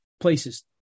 places